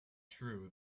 true